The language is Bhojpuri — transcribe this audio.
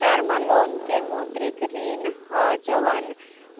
टर्म लोन के मौद्रिक ऋण ह जवन